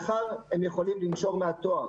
מחר הם יכולים לנשור מן התואר.